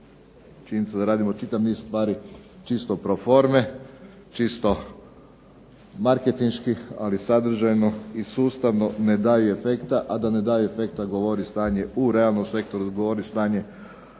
Čini se da radimo čitav niz stvari čisto pro forme, čisto marketinški ali sadržajno i sustavno ne daje efekta, a da ne daje efekta govori stanje u realnom sektoru, govori stanje